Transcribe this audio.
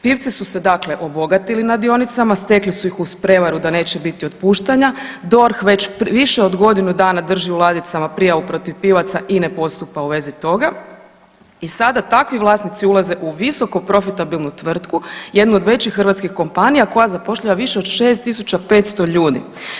Pivci su se dakle obogatili na dionicama, stekli su ih uz prevaru da neće biti otpuštanja, DORH već više od godinu dana drži u ladicama prijavu protiv Pivaca i ne postupa u vezi toga i sada takvi vlasnici ulaze u visoko profitabilnu tvrtku, jednu od većih hrvatskih kompanija koja zapošljava više od 6.500 ljudi.